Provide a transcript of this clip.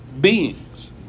beings